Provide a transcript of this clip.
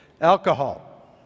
Alcohol